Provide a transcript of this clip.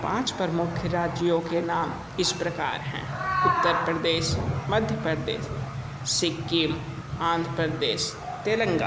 पाँच प्रमुख राज्यों के नाम इस प्रकार हैं उत्तर प्रदेश मध्य प्रदेश सिक्किम आंध्र प्रदेश तेलंगाना